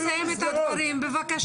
סליחה, ניתן לה לסיים את הדברים, בבקשה.